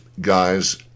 guys